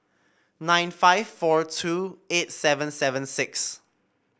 nine five four two eight seven seven six